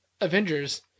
Avengers